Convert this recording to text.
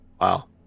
Wow